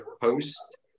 post